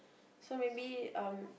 so maybe uh